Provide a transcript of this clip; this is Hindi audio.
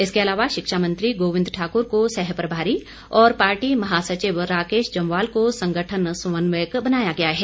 इसके अलावा शिक्षा मंत्री गोविंद ठाकुर को सहप्रभारी और पार्टी महासचिव राकेश जम्वाल को संगठन समन्वयक बनाया गया है